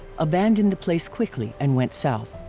abandoned the place quickly and went south.